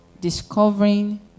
Discovering